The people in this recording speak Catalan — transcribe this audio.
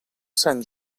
sant